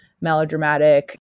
melodramatic